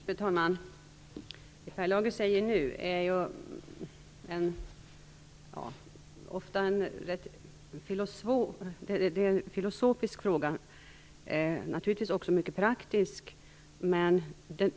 Fru talman! Vad gäller det som Per Lager nu tar upp är det ofta en filosofisk fråga - naturligtvis också en mycket praktisk fråga.